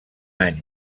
any